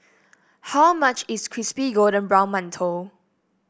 how much is Crispy Golden Brown Mantou